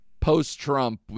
post-Trump